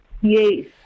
Yes